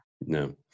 No